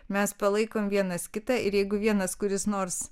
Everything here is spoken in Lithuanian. mes palaikome vienas kitą ir jeigu vienas kuris nors